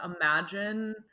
imagine